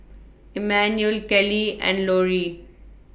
Emmanuel Keli and Lorri